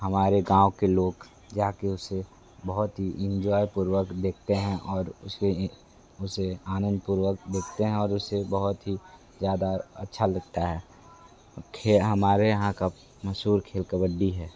हमारे गाँव के लोग जा कर उसे बहुत ही इंजॉय पूर्वक देखते हैं और उसे उसे आनंदपूर्वक देखते हैं और उस से बहुत ही ज़्यादा अच्छा लगता है खेल हमारे यहाँ का मशहूर खेल कबड्डी है